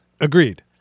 agreed